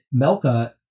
Melka